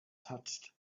touched